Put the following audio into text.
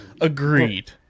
Agreed